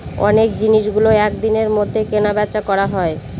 অনেক জিনিসগুলো এক দিনের মধ্যে কেনা বেচা করা হয়